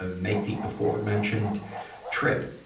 ah make the aforementioned trip.